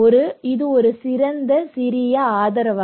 எனவே இது சிறந்த சிறிய ஆதரவு